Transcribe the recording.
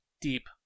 Deep